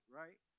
right